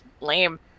lame